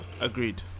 agreed